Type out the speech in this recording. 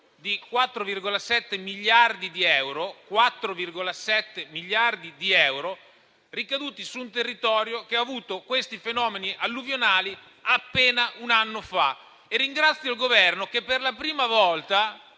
di 4,7 miliardi di euro, ricaduti su un territorio che ha avuto questi fenomeni alluvionali appena un anno fa. Ringrazio il Governo che, per la prima volta